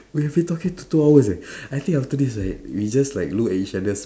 we have been talking two two hours leh I think after this like we just like look at each other